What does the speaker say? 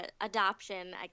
adoption